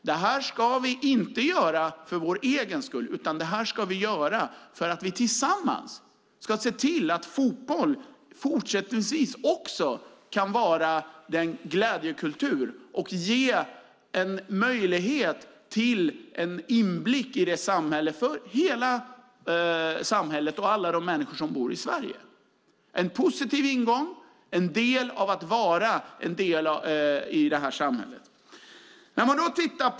Det här ska vi inte göra för vår egen skull, utan det här ska vi göra för att vi tillsammans ska se till att fotboll även fortsättningsvis kan vara en glädjekultur och ge en möjlighet till inblick i samhället för alla människor som bor i Sverige. Det är en positiv ingång, en del i att vara en del av samhället.